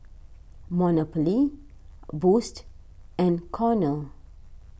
Monopoly Boost and Cornell